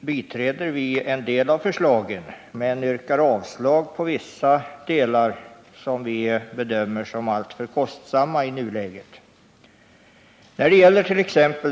biträder vi en del av förslagen men yrkar avslag på vissa delar som vi bedömer som alltför kostsamma i nuläget. När det gällert.ex.